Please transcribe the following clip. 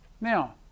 Now